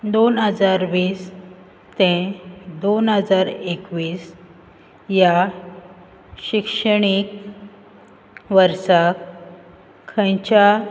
दोन हजार वीस तें दोन हजार एकवीस ह्या शिक्षणीक वर्सा खंयच्या